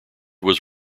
was